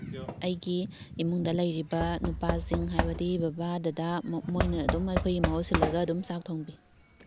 ꯑꯩꯒꯤ ꯏꯃꯨꯡꯗ ꯂꯩꯔꯤꯕ ꯅꯨꯄꯥꯁꯤꯡ ꯍꯥꯏꯕꯗꯤ ꯕꯕꯥ ꯗꯗꯥ ꯃꯣꯏꯅ ꯑꯗꯨꯝ ꯑꯩꯈꯣꯏꯒꯤ ꯃꯍꯨꯠ ꯁꯤꯜꯂꯒ ꯑꯗꯨꯝ ꯆꯥꯛ ꯊꯣꯡꯕꯤ